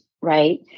Right